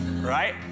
right